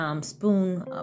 spoon